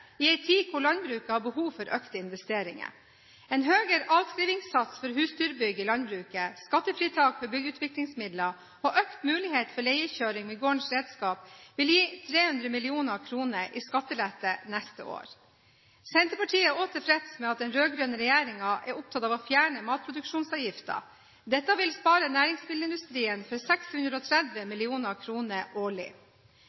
i en tid hvor landbruket har behov for økte investeringer. En høyere avskrivningssats for husdyrbygg i landbruket, skattefritak for bygdeutviklingsmidler og økt mulighet for leiekjøring med gårdens redskap vil gi 300 mill. kr i skattelette neste år. Senterpartiet er også tilfreds med at den rød-grønne regjeringen er opptatt av å fjerne matproduksjonsavgiften. Dette vil spare næringsmiddelindustrien for 630